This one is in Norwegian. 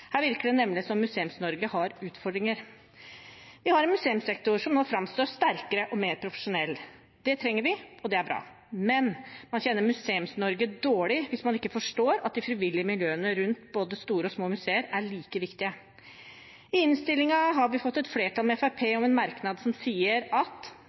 Her virker det nemlig som om Museums-Norge har utfordringer. Vi har en museumssektor som nå framstår sterkere og mer profesjonell. Det trenger vi, og det er bra. Men man kjenner Museums-Norge dårlig hvis man ikke forstår at de frivillige miljøene rundt både store og små museer er like viktige. I innstillingen har vi ved hjelp av Fremskrittspartiet fått et flertall om en merknad som sier at